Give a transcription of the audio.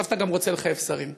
ועכשיו אתה גם רוצה לחייב שרים.